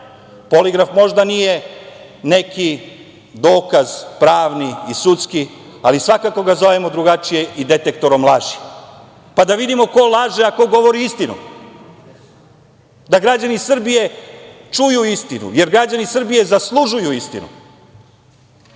poligraf možda nije neki dokaz, pravni i sudski, ali svakako ga zovemo drugačije i detektorom laži, pa da vidimo ko laže a ko govori istinu, da građani Srbije čuju istinu, jer građani Srbije zaslužuju istinu. Evo